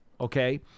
Okay